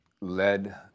led